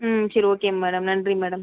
ம் சரி okay madam நன்றி மேடம்